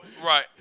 Right